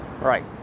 Right